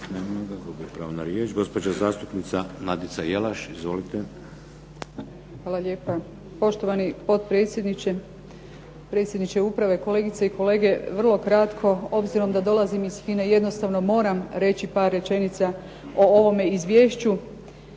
Hvala lijepa. Poštovani potpredsjedniče, predsjedniče Uprave, kolegice i kolege. Vrlo kratko. Obzirom da dolazim iz FINA-e jednostavno moram reći par rečenica o ovome Izvješću.